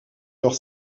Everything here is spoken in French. leur